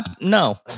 No